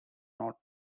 not